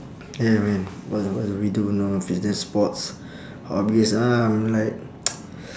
yeah man what what do we do know fitness sports hobbies ah like